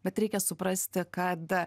bet reikia suprasti kad